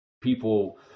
people